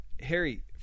Harry